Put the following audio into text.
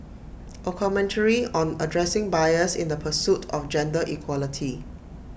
A commentary on addressing bias in the pursuit of gender equality